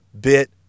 bit